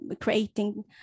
creating